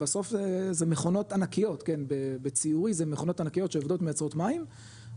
בסוף זה מכונות ענקיות כן בציורי זה מכונות ענקיות שעובדות מייצרות מים,